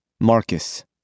Marcus